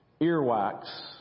earwax